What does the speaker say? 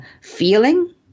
feeling